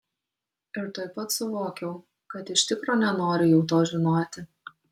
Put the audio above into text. ir tuoj pat suvokiau kad iš tikro nenoriu jau to žinoti